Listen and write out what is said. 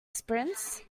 sprints